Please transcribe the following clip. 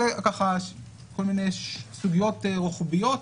אלה כל מיני סוגיות רוחביות,